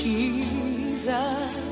Jesus